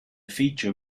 feature